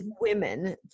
women